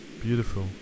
beautiful